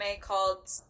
called